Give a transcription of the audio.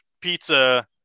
pizza